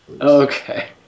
Okay